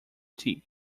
tea